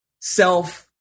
self